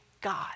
God